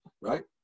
right